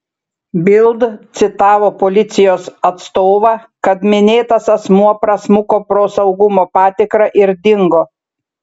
bild citavo policijos atstovą kad minėtas asmuo prasmuko pro saugumo patikrą ir dingo